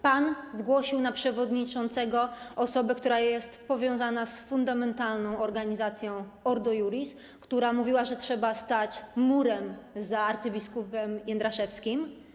Pan zgłosił na przewodniczącego osobę, która jest powiązana z fundamentalną organizacją Ordo Iuris, która mówiła, że trzeba stać murem za abp. Jędraszewskim.